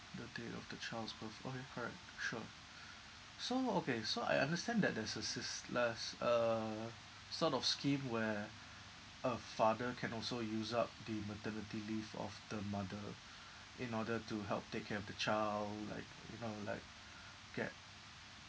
the date of the child's birth okay correct sure so okay so I understand that there's a sys~ les~ uh sort of scheme where a father can also use up the maternity leave of the mother in order to help take care of the child like you know like get